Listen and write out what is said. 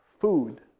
food